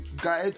guide